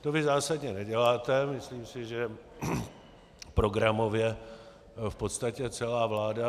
To vy zásadně neděláte, myslím si, že programově, v podstatě celá vláda.